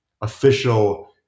official